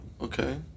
okay